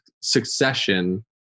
succession